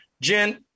Jen